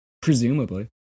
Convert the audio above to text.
Presumably